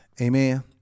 amen